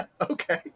Okay